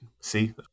See